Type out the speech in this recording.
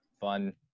fun